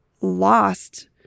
lost